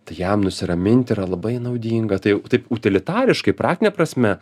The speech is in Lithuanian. tai jam nusiraminti yra labai naudinga tai jau taip utilitaristai praktine prasme